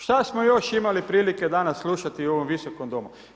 Šta smo još imali prilike danas slušati u ovom Visokom domu?